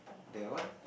the what